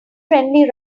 friendly